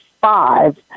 five